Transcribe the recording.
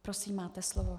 Prosím, máte slovo.